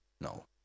No